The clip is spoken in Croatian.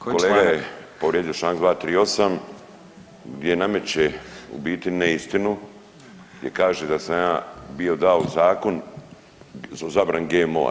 Kolega je povrijedio Članak 238., gdje nameće u biti neistinu gdje kaže da sam ja bio dao zakon o zabrani GMO-a.